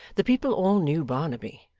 the people all knew barnaby,